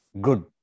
Good